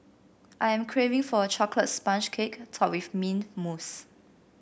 I am craving for a chocolate sponge cake topped with mint mousse